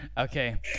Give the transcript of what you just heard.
okay